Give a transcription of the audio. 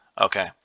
Okay